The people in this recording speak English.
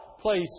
place